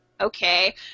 Okay